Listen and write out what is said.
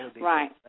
Right